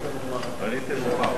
חנין,